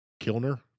Kilner